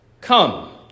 Come